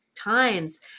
times